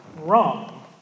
Wrong